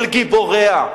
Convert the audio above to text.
אל גיבוריה,